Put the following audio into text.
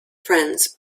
friends